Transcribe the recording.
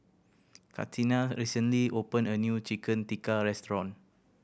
Catina recently opened a new Chicken Tikka restaurant